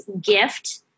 gift